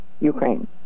Ukraine